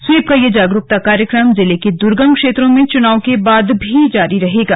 SVEEP का यह जागरूकता कार्यक्रम जिले के दुर्गम क्षेत्रों में चुनाव के बाद भी जारी रहेगा